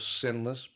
sinless